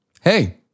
Hey